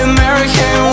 American